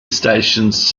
stations